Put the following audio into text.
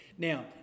Now